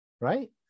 right